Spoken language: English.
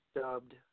dubbed